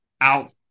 out